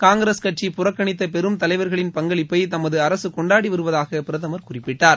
காங்கிரஸ் கட்சி புறக்கணித்த பெரும் தலைவர்களின் பங்களிப்பை தமது அரசு கொண்டாடி வருவதாக பிரதமர் குறிப்பிட்டார்